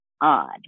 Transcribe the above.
odd